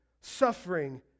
suffering